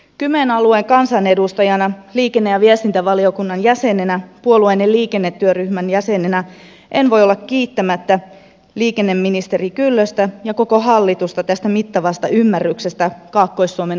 kymen alueen kansanedustajana liikenne ja viestintävaliokunnan jäsenenä ja puolueemme liikennetyöryhmän jäsenenä en voi olla kiittämättä liikenneministeri kyllöstä ja koko hallitusta tästä mittavasta ymmärryksestä kaakkois suomen olosuhteille